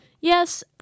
Yes